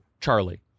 CHARLIE